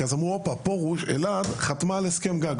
אז אמרו: אלעד חתמה על הסכם גג,